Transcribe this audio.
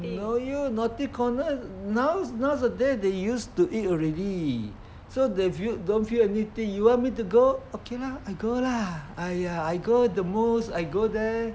no use naughty corner now nowadays they used to it already so they feel they don't feel anything you want me to go okay lah I go lah !aiya! I go the most I go there